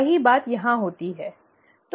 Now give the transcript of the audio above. वही बात यहाँ होती है